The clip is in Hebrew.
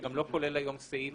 זה גם לא כולל היום סעיף